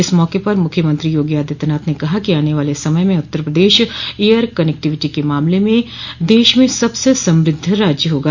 इस मौके पर मुख्यमंत्री योगी आदित्यनाथ ने कहा कि आने वाले समय में उत्तर प्रदेश एयर कनेक्टिविटी के मामले में देश में सबसे समृद्ध राज्य होगा